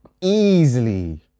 easily